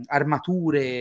armature